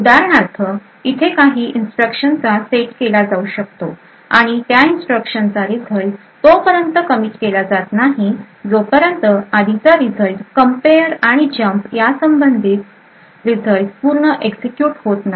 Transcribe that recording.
उदाहरणार्थ इथे ह्या काही इन्स्ट्रक्शन चा सेट केला जाऊ शकतो आणि त्या इन्स्ट्रक्शन चा रिझल्ट तोपर्यंत कमीट केला जात नाही जो पर्यंत आधीचा रिझल्ट कंपेयर आणि जम्प यासंबंधित रिझल्ट पूर्ण एक्झिक्युट होत नाही